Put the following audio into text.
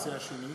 אז זה כסף צבוע.